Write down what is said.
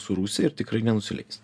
su rusija ir tikrai nenusileis